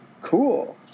cool